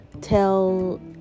tell